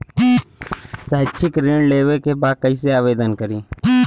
शैक्षिक ऋण लेवे के बा कईसे आवेदन करी?